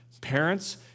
Parents